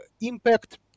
impact